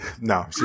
No